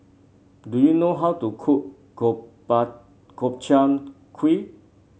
do you know how to cook Gobchang Gui